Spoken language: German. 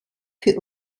für